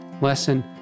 lesson